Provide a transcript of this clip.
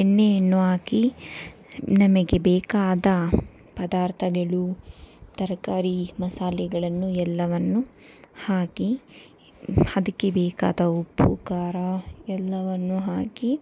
ಎಣ್ಣೆಯನ್ನು ಹಾಕಿ ನಮಗೆ ಬೇಕಾದ ಪದಾರ್ಥಗಳು ತರಕಾರಿ ಮಸಾಲೆಗಳನ್ನು ಎಲ್ಲವನ್ನು ಹಾಕಿ ಅದ್ಕೆ ಬೇಕಾದ ಉಪ್ಪು ಖಾರ ಎಲ್ಲವನ್ನು ಹಾಕಿ